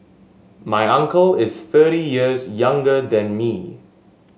my uncle is thirty years younger than me